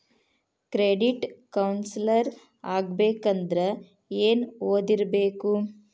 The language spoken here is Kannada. ಕ್ರೆಡಿಟ್ ಕೌನ್ಸಿಲರ್ ಆಗ್ಬೇಕಂದ್ರ ಏನ್ ಓದಿರ್ಬೇಕು?